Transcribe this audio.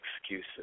excuses